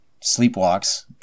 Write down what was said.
sleepwalks